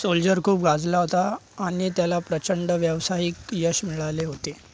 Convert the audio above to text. soldier खूप गाजला होता आणि त्याला प्रचंड व्यावसायिक यश मिळाले होते